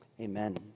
amen